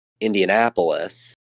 indianapolis